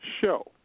show